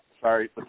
Sorry